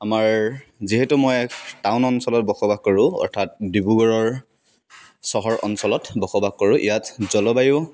আমাৰ যিহেতু মই টাউন অঞ্চলত বসবাস কৰোঁ অৰ্থাৎ ডিব্ৰুগড়ৰ চহৰ অঞ্চলত বসবাস কৰোঁ ইয়াত জলবায়ু